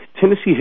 Tennessee